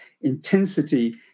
intensity